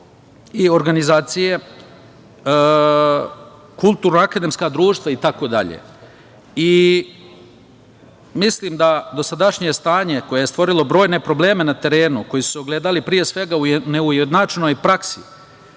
i organizacije kulturno-akademska društva itd. Mislim da dosadašnje stanje koje je stvorilo brojne probleme na terenu, koji su se ogledali, pre svega, u neujednačenoj praksi,